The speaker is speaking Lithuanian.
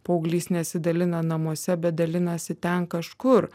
paauglys nesidalina namuose be dalinasi ten kažkur